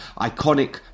iconic